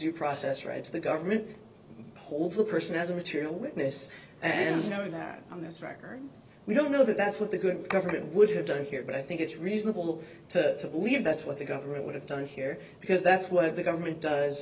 due process rights the government holds the person as a material witness and know that on this record we don't know that that's what the good government would have done here but i think it's reasonable to believe that's what the government would have done here because that's what the government does